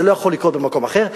זה לא יכול לקרות במקום אחר.